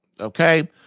okay